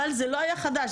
אבל זה לא היה חדש,